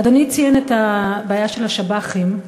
אדוני ציין את הבעיה של השב"חים.